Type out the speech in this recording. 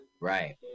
Right